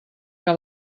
que